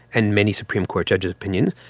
and many supreme court judges' opinions.